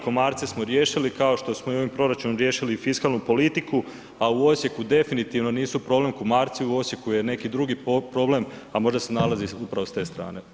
Komarce smo riješili kao što smo i ovim proračunom riješili i fiskalnu politiku a u Osijeku definitivno nisu problem komarci, u Osijeku je neki drugi problem a možda se nalazi upravo s te strane.